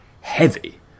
heavy